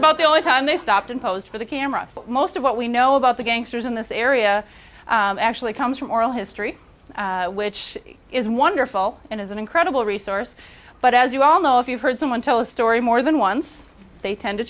about the only time they stopped and posed for the camera most of what we know about the gangsters in this area actually comes from oral history which is wonderful and is an incredible resource but as you all know if you've heard someone tell a story more than once they tend to